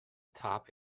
top